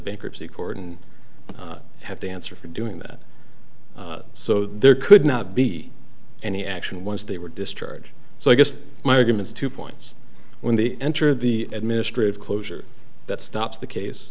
bankruptcy court and have to answer for doing that so there could not be any action once they were discharged so i guess my arguments two points when they enter the administrative closure that stops the case